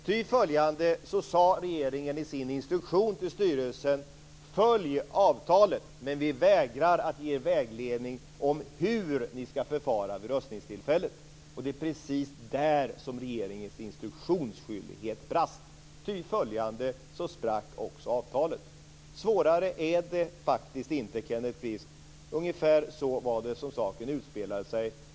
Ty följande sade regeringen i sin instruktion till styrelsen: Följ avtalet, men vi vägrar att ge vägledning om hur ni ska förfara vid röstningstillfället. Det är precis där som regeringens instruktionsskyldighet brast. Ty följande sprack också avtalet. Svårare är det faktiskt inte, Kenneth Kvist. Ungefär så var det som saken utspelade sig.